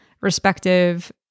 respective